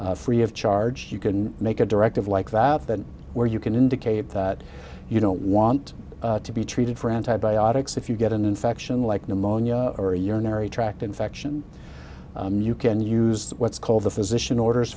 free of charge you can make a directive like that that where you can indicate that you don't want to be treated for antibiotics if you get an infection like pneumonia or a urinary tract infection you can use what's called the physician orders